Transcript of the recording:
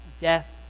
death